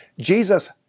Jesus